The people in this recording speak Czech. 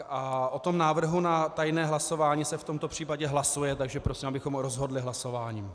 O návrhu na tajné hlasování se v tomto případě hlasuje, takže prosím, abychom rozhodli hlasováním.